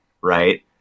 right